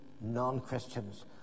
non-Christians